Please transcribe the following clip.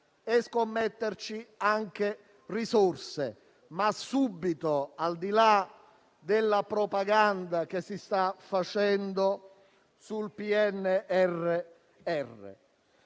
di scommetterci anche risorse, ma subito, al di là della propaganda che si sta facendo sul PNRR.